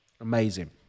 amazing